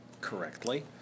correctly